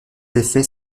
effets